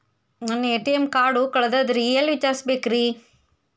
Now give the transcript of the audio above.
ನನ್ನ ATM card ಕಳದದ್ರಿ ಎಲ್ಲಿ ವಿಚಾರಿಸ್ಬೇಕ್ರಿ?